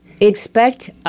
expect